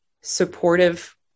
supportive